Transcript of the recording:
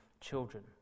children